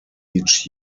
each